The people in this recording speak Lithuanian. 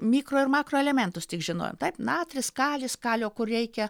mikro ir makroelementus tik žinojom taip natris kalis kalio kur reikia